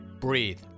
breathe